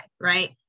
right